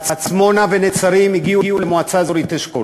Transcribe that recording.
עצמונה ונצרים הגיעו למועצה האזורית אשכול.